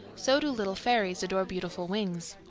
so do little fairies adore beautiful wings.